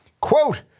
Quote